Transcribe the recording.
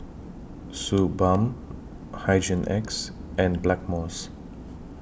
Suu Balm Hygin X and Blackmores